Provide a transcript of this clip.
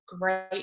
Great